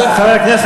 מאה אחוז,